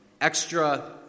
extra